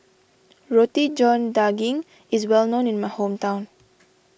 Roti John Daging is well known in my hometown